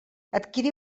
adquirir